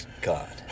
God